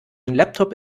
laptop